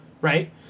right